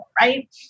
right